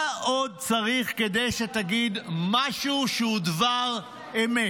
מה עוד צריך כדי שתגיד משהו שהוא דבר אמת?